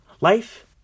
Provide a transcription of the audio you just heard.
Life